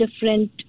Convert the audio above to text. different